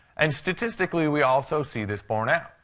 and statistically, we also see this borne out.